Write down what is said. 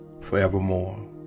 forevermore